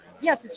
Yes